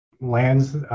lands